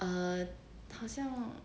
err 好像